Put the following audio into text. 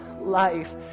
life